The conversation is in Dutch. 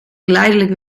geleidelijk